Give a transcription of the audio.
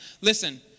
Listen